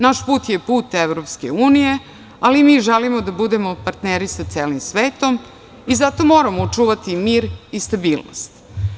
Naš put je put EU, ali mi želimo da budemo partneri sa celim svetom i zato moramo čuvati mir i stabilnost.